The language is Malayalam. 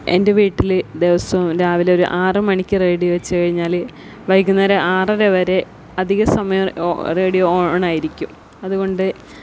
എന്റെ വീട്ടിൽ ദിവസവും രാവിലെ ഒരു ആറു മണിക്ക് റേഡിയോ വച്ച് കഴിഞ്ഞാൽ വൈകുന്നേരം ആറര വരെ അധിക സമയവും റേഡിയോ ഓണ് ആയിരിക്കും അതുകൊണ്ട്